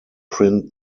print